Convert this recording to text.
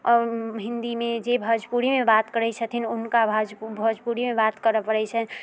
हिन्दीमे जे भोजपुरीमे बात करैत छथिन हुनका भोजपुरी भोजपुरीमे बात करऽ पड़ैत छनि